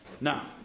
Now